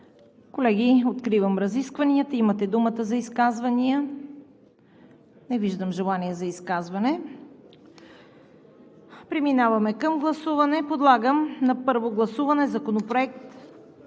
Колеги, откривам разискванията. Имате думата за изказвания. Не виждам желаещи. Преминаваме към гласуване. Предлагам на първо гласуване Законопроект